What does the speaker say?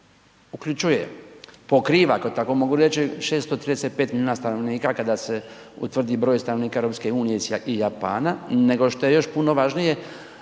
uključuje, pokriva ako tako mogu reći 635 milijuna stanovnika kada se utvrdi broj stanovnika EU i Japana, nego što je još puno važnije